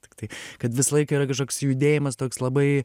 tiktai kad visą laiką yra kažkoks judėjimas toks labai